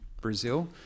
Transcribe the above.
Brazil